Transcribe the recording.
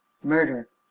murder!